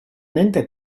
nende